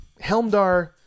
Helmdar